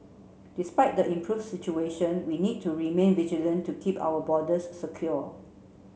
despite the improved situation we need to remain vigilant to keep our borders secure